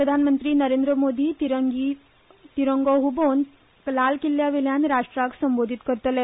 प्रधानमंत्री नरेंद्र मोदी तिरंगो ह्बोवन लाल किल्यावेल्यान राष्ट्राक संबोधित करतले